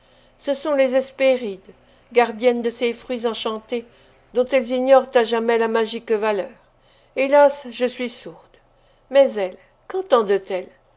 ce sont les hespérides gardiennes de ces fruits enchantés dont elles ignorent à jamais la magique valeur hélas je suis sourde mais elles quentendent elles